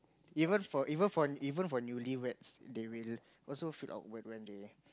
even for even for even for newlyweds they will also feel awkward when they